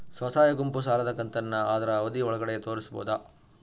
ಸ್ವಸಹಾಯ ಗುಂಪು ಸಾಲದ ಕಂತನ್ನ ಆದ್ರ ಅವಧಿ ಒಳ್ಗಡೆ ತೇರಿಸಬೋದ?